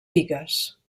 bigues